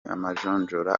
amajonjora